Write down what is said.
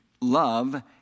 love